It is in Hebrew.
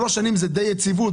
שלוש שנים נותנות מצב די יציב,